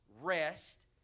rest